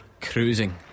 cruising